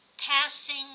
Passing